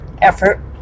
effort